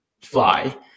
fly